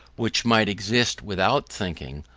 which might exist without thinking,